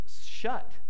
shut